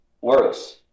works